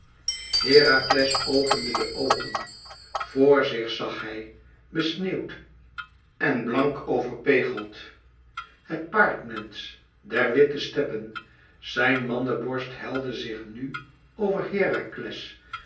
herakles opende de oogen vor zich zag hij besneeuwd en blank overpegeld het paardmensch der witte steppen zijn manneborst helde zich nù over herakles